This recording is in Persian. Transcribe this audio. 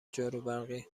جاروبرقی